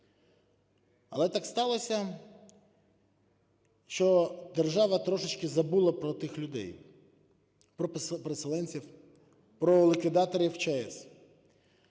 Але так сталося, що держава трошечки забула про тих людей, про переселенців, про ліквідаторів ЧАЕС.